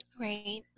Right